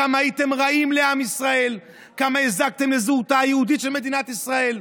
כמה הזקתם לזהותה היהודית של מדינת ישראל,